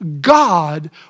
God